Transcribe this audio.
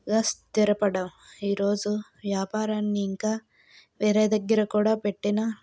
గా స్థిరపడం ఈరోజు వ్యాపారాన్ని ఇంకా వేరే దగ్గర కూడా పెట్టిన